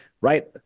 right